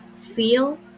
feel